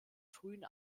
frühen